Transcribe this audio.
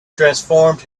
transformed